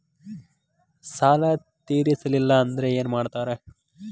ಸಾಲ ತೇರಿಸಲಿಲ್ಲ ಅಂದ್ರೆ ಏನು ಮಾಡ್ತಾರಾ?